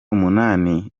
umunani